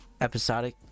episodic